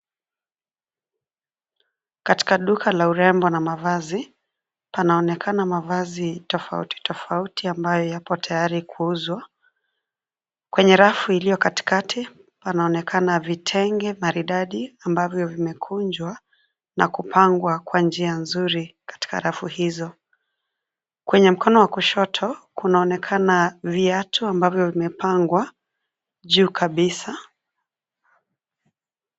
Katika duka la urembo na mavazi. Panaonekana mavazi tofauti tofauti ambayo yapo tayari kuuzwa. Kwenye rafu iliyo katikati, panaonekana vitenge maridadi ambavyo vimekunjwa na kupangwa kwa njia nzuri katika rafu hizo. Kwenye mkono wa kishoto kunaoneka viatu ambavyo vimepangwa juu kabisa.